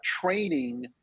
training